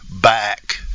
back